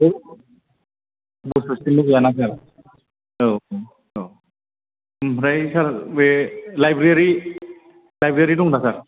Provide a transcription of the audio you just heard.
औ ह'स्टेलनि गैयाना सार औ औ ओमफ्राय सार बे लाइब्रेरि लाइब्रेरि दंना सार